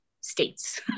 states